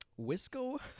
wisco